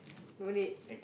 no need